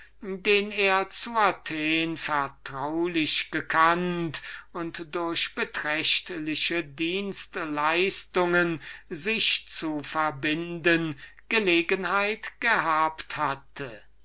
den er zu athen vertraulich gekannt und durch beträchliche dienstleistungen sich zu verbinden gelegenheit gehabt hatte